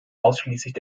ausschließlich